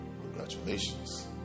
Congratulations